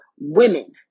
women